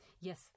Yes